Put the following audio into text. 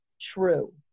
true